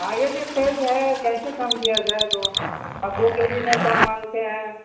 آگے سے تیز ہے کیسے کم کیا جائے تو آپ دو کے جی میں کم مانگتے ہیں